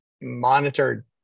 monitored